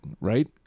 right